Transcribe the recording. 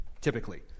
typically